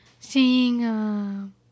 Seeing